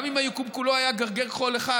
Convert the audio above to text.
גם אם היקום כולו היה גרגר חול אחד,